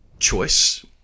choice